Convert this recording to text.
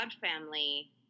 family